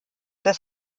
des